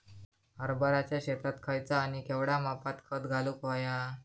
हरभराच्या शेतात खयचा आणि केवढया मापात खत घालुक व्हया?